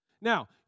Now